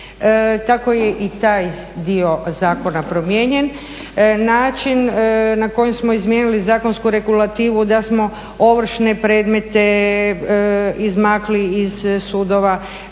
tako je i taj dio zakona promijenjen. Način na koji smo izmijenili zakonsku regulativu da smo ovršne predmete izmakli iz sudova,